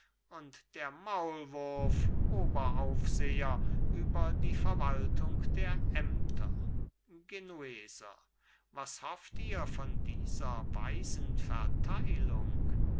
und der maulwurf oberaufseher über die verwaltung der ämter genueser was hofft ihr von dieser weisen verteilung